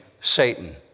Satan